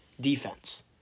Defense